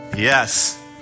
Yes